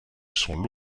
sont